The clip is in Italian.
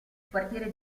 quartiere